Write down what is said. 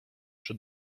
przy